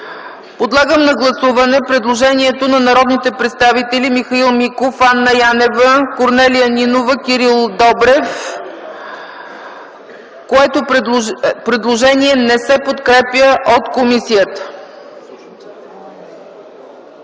Подлагам на гласуване предложението на народните представители Михаил Миков, Анна Янева, Корнелия Нинова и Кирил Добрев, което не се подкрепя от комисията.